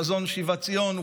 חזון שיבת ציון,